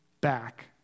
back